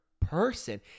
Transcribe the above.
person